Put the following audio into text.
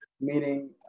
meaning